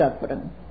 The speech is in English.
suffering